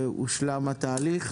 והושלם התהליך.